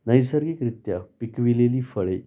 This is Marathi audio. नैसर्गिकरित्या पिकविलेली फळे